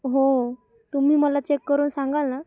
हो तुम्ही मला चेक करून सांगाल ना